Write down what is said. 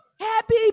Happy